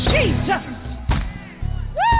Jesus